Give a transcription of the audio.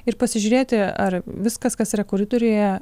ir pasižiūrėti ar viskas kas yra koridoriuje